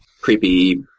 creepy